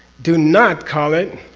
do not call it?